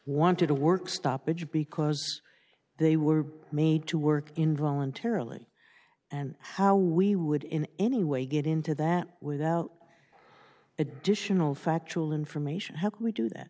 wanted a work stoppage because they were made to work in voluntarily and how we would in any way get into that without additional factual information how can we do that